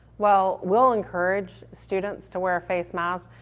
well, we'll encourage students to wear face masks.